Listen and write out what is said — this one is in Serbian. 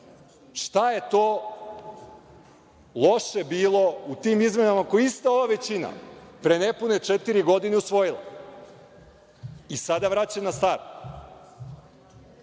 šta je to loše bilo u tim izmenama, koje je ista ova većina pre nepune četiri godine usvojila i sada vraća na staro,